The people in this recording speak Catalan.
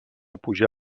pujar